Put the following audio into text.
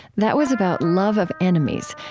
that was about love of enemies,